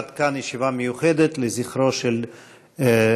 עד כאן הישיבה המיוחדת לזכרו של הרצל.